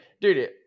dude